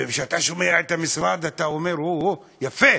כשאתה שומע את המשרד אתה אומר: אוהו, יפה.